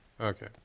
Okay